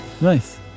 Nice